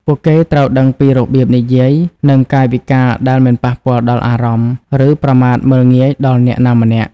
ពួកគេត្រូវដឹងពីរបៀបនិយាយ និងកាយវិការដែលមិនប៉ះពាល់ដល់អារម្មណ៍ ឬប្រមាថមើលងាយដល់អ្នកណាម្នាក់។